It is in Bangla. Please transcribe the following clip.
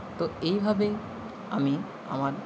তো এইভাবে আমি আমার